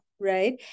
Right